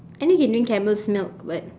I know you can drink camel's milk but